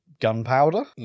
Gunpowder